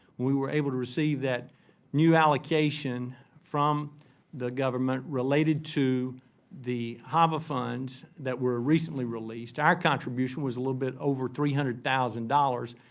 we were able to receive that new allocation from the government related to the funds that were recently released. our contribution was a little bit over three hundred thousand dollars,